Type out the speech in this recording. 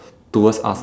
towards us